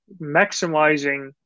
maximizing